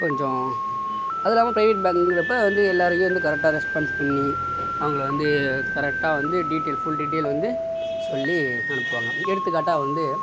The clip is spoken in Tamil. கொஞ்சம் அதுவும் இல்லாமல் பிரைவேட் பேங்க்குங்கிறப்ப வந்து எல்லோரையும் வந்து கரெக்டாக ரெஸ்பான்ஸ் பண்ணி அவங்கள வந்து கரெக்டாக வந்து டீட்டெயில் ஃபுல் டீட்டெயில் வந்து சொல்லி அனுப்புவாங்க எடுத்துக்காட்டாக வந்து